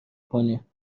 کنیم